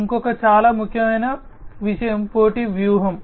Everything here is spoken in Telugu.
ఇంకొక చాలా ముఖ్యమైన విషయం పోటీ వ్యూహం